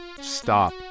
stop